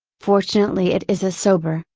fortunately it is a sober,